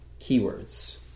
keywords